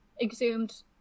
exhumed